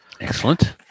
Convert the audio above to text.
excellent